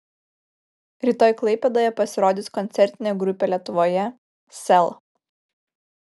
rytoj klaipėdoje pasirodys koncertinė grupė lietuvoje sel